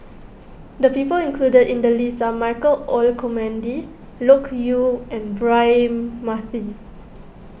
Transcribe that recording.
the people included in the list are Michael Olcomendy Loke Yew and Braema Mathi